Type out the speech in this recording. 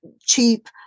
cheap